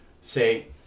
Say